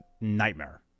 nightmare